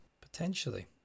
Potentially